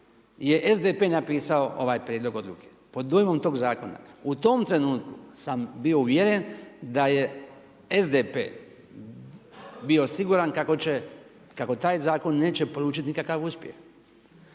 je SDP napisao ovaj prijedlog odluke. Pod dojmom tog zakona. U tom trenutku, sam bio uvjeren da je SDP bio siguran kako taj zakon neće polučit nikakav uspjeh.